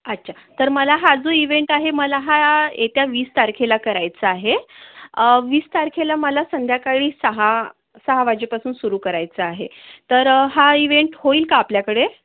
अच्छा तर मला हा जो इवेंट आहे मला हा येत्या वीस तारखेला करायचा आहे वीस तारखेला मला संध्याकाळी सहा सहा वाजेपासून सुरु करायचा आहे तर हा इवेंट होईल का आपल्याकडे